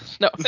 No